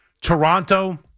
Toronto